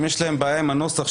אם יש להם בעיה עם הנוסח,